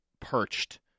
perched